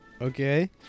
Okay